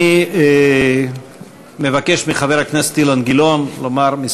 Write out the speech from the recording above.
אני מבקש מחבר הכנסת אילן גילאון לומר כמה